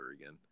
again